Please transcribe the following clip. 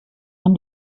man